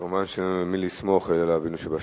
כמובן, אין על מי לסמוך אלא על אבינו שבשמים,